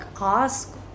ask